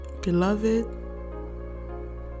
beloved